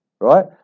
Right